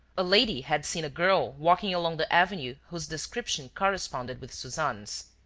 a lady had seen a girl walking along the avenue whose description corresponded with suzanne's.